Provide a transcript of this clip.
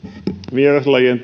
vieraslajien